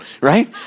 Right